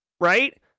right